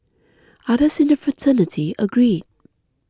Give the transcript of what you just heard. others in the fraternity agreed